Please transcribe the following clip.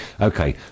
okay